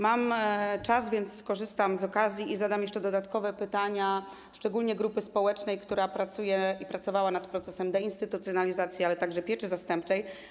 Mam czas, więc skorzystam z okazji i zadam jeszcze dodatkowe pytania, szczególnie grupy społecznej, która pracuje i pracowała nad procesem deinstytucjonalizacji, także pieczy zastępczej.